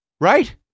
Right